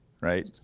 right